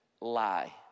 lie